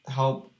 help